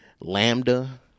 lambda